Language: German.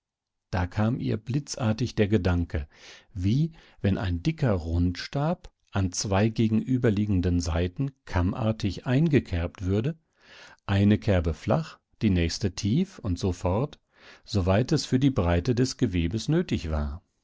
da kam ihr blitzartig der gedanke wie wenn ein dicker rundstab an zwei gegenüberliegenden seiten kammartig eingekerbt würde eine kerbe flach die nächste tief und so fort soweit es für die breite des gewebes nötig war